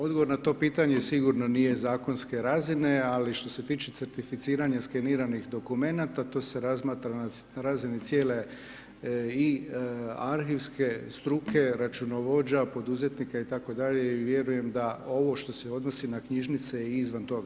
Odgovor na to pitanje sigurno nije zakonske razine, ali što se tiče certificiranja skeniranih dokumenata, to se razmatra na razini cijele i arhivske struke, računovođa, poduzetnika itd. i vjerujem da ovo što se odnosi na knjižnice je izvan toga.